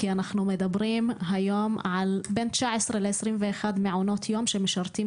כי אנחנו מדברים היום על בין 19-21 מעונות יום שמשרתים